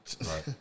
Right